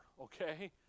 okay